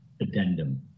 addendum